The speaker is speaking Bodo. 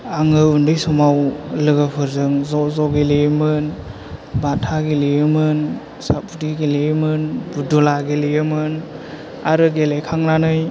आङो उन्दै समाव लोगोफोरजों ज' ज' गेलेयोमोन बाथा गेलेयोमोन साथफुथि गेलेयोमोन बुदुला गेलेयोमोन आरो गेलेखांनानै